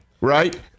right